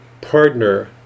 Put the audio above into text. partner